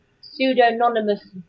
pseudonymous